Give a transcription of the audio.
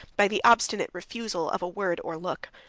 by the obstinate refusal of a word or look.